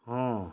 ହଁ